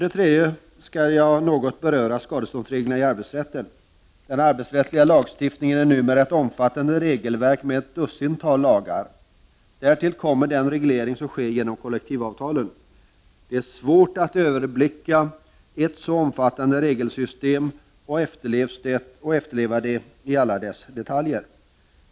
En tredje sak som jag något skall beröra är skadeståndsreglerna i arbetsrätten. Den arbetsrättsliga lagstiftningen är numera ett omfattande regelverk med ett dussintal lagar. Därtill kommer den reglering som sker genom kollektivavtalen. Det är svårt att överblicka ett så omfattande regelsystem och efterleva det i alla dess detaljer.